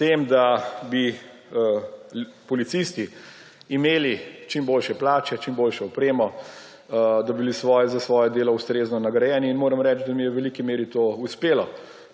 tem, da bi policisti imeli čim boljše plače, čim boljšo opremo, da bi bili za svoje delo ustrezno nagrajeni. In moram reči, da mi je v veliki meri to uspelo.